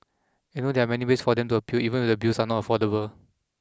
and they know there are many ways for them to appeal even if the bills are not affordable